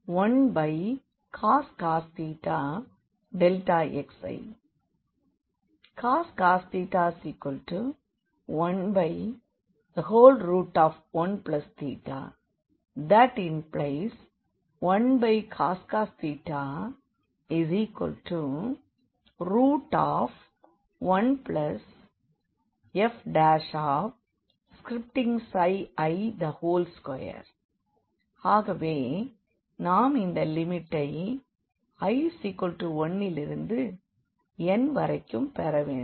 xilicos ⟹Δli1cos Δxi cos 11 ⟹1cos 1fi2 ஆகவே நாம் இந்த லிமிட்டை i 1 னிலிருந்து n வரைக்கும் பெற வேண்டும்